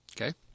Okay